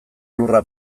lurra